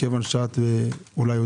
מה השאלה?